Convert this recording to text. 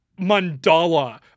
mandala